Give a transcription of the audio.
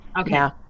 okay